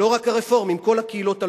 לא רק הרפורמים, כל הקהילות הלא-אורתודוקסיות.